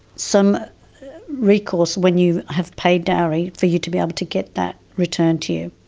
some recourse when you have paid dowry for you to be able to get that returned to you.